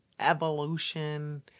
evolution